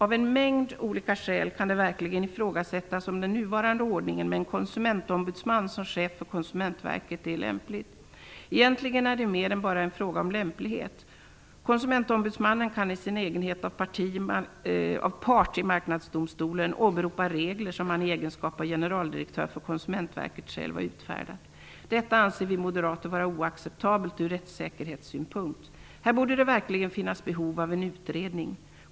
Av en mängd olika skäl kan det verkligen ifrågasättas om den nuvarande ordningen med en konsumentombudsman som chef för Konsumentverket är lämplig. Egentligen är det mer än bara en fråga om lämplighet. Konsumentombudsmannen kan i sin egenskap av part i Marknadsdomstolen åberopa regler som han i sin egenskap av generaldirektör för Konsumentverket själv har utfärdat. Detta anser vi moderater vara oacceptabelt ur rättssäkerhetssynpunkt. Här borde det verkligen finnas behov av en utredning.